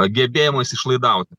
gebėjimais išlaidauti